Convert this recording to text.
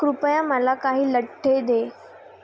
कृपया मला काही लठ्ठे दे